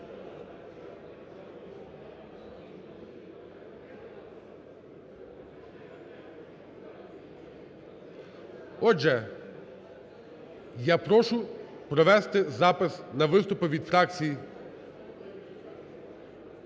Отже, я прошу провести запис на виступи від фракцій і груп.